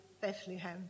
Bethlehem